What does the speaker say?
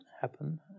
happen